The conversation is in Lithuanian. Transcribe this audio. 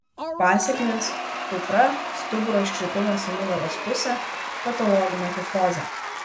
pasekmės kupra stuburo iškrypimas į nugaros pusę patologinė kifozė